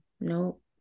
Nope